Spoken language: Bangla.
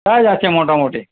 কাজ আছে মোটামুটি